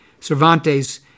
Cervantes